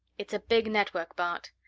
it's a big network, bart.